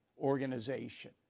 organization